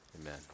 amen